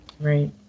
Right